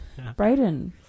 Brayden